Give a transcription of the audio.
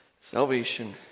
salvation